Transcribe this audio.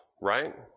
right